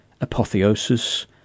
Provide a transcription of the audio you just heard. Apotheosis